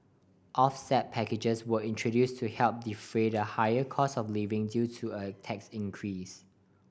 offset packages were introduce to help defray the higher costs of living due to a tax increase